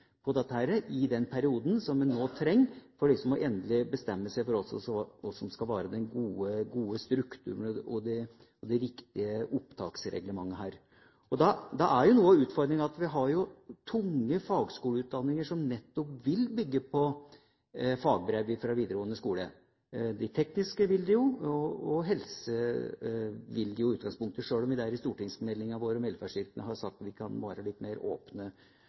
tilsyn av dette i den perioden som en nå trenger for endelig å bestemme seg for hva som skal være den gode strukturen, og det riktige opptaksreglementet her. Da er noe av utfordringa at vi har tunge fagskoleutdanninger som nettopp vil bygge på fagbrev fra videregående skole. De tekniske fagskolene vil det jo, og fagskolene innen helse vil det i utgangspunktet, sjøl om vi der i stortingsmeldinga om velferdsyrkene har sagt at vi kan være litt mer åpne.